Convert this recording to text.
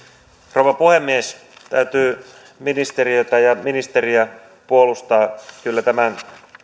rouva puhemies täytyy ministeriötä ja ministeriä puolustaa kyllä tämän